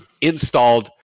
installed